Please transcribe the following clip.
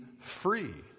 free